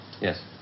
Yes